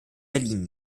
berlin